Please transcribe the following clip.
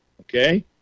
Okay